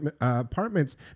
apartments